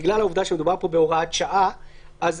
בגלל העובדה שמדובר פה בהוראת שעה הייתה